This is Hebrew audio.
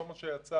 שלמה שיצא